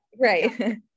Right